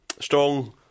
strong